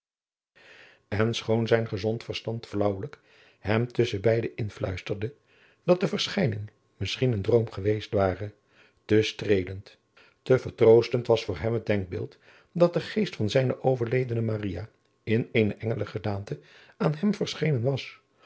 en schoon zijn gezond verstand flaauwelijk hem tusschen beide influisterde dat de verschijning misschien een droom geweest ware te streelend te vertroostend was voor hem het denkbeeld dat de geest van zijne overledene maria in eene engelen gedaante aan hem verschenen was